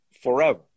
forever